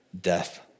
death